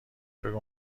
بگو